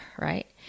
right